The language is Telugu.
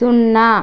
సున్నా